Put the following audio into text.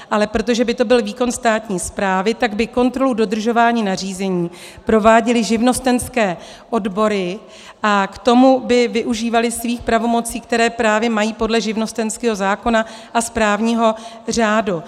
Ale protože by to byl výkon státní správy, tak by kontrolu dodržování nařízení prováděly živnostenské odbory a k tomu by využívaly svých pravomocí, které právě mají podle živnostenského zákona a správního řádu.